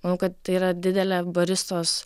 manau kad tai yra didelė baristos